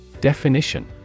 Definition